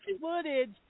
footage